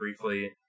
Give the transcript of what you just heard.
briefly